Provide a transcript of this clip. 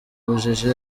ubujiji